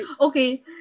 Okay